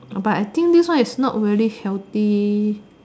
orh but I think this one is not very healthy